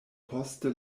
poste